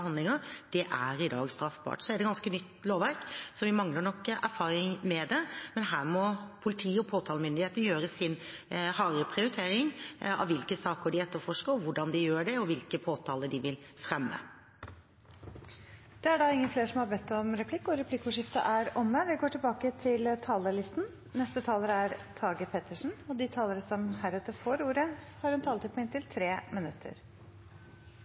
handlinger i dag er straffbart. Det er et ganske nytt lovverk, så vi mangler nok erfaring med det, men her må politi og påtalemyndigheter gjøre sin harde prioritering av hvilke saker de etterforsker, hvordan de gjør det, og hvilke påtaler de vil fremme. Replikkordskiftet er omme. De talerne som heretter får ordet, har en taletid på inntil 3 minutter. Det er grunn til å være litt glad i dag. At et samlet storting står bak forslag som